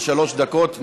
שלוש דקות.